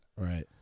Right